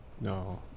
no